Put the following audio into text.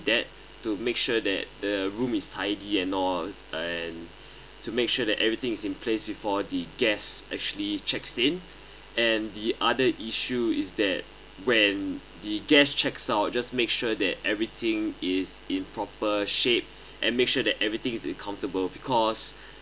that to make sure that the room is tidy and all and to make sure that everything is in place before the guests actually checks in and the other issue is that when the guest checks out just make sure that everything is in proper shape and make sure that everything is in comfortable because